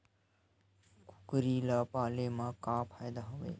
कुकरी ल पाले म का फ़ायदा हवय?